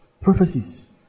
prophecies